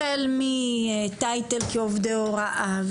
החל מהגדרה כעובדי הוראה,